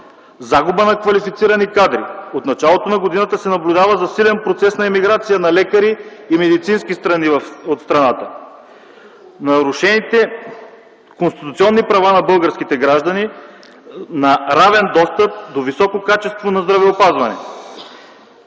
Загуба на квалифицирани кадри – от началото на годината се наблюдава засилен процес на емиграция на лекари и медицински сестри от страната. Нарушените конституционни права на българските граждани на равен достъп до високо качество на здравеопазване.